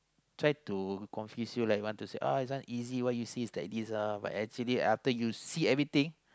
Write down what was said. try to confuse you like want to say oh this one easy what you see it's like this lah but actually after you see everything